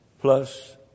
plus